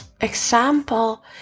example